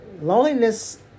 loneliness